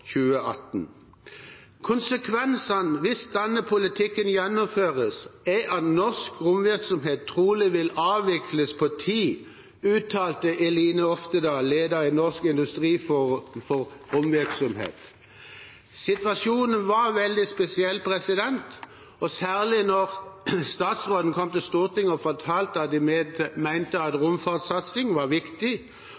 2018. «Konsekvensen, hvis denne politikken gjennomføres, er at norsk romvirksomhet trolig vil avvikles over tid», uttalte Eline Oftedal, leder i Norsk Industriforum for Romvirksomhet – NIFRO. Situasjonen var veldig spesiell, særlig når statsråden kom til Stortinget og fortalte at man mente at romfartssatsing var viktig, og at romfartsindustrien hadde generelle landsdekkende ordninger de